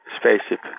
spaceship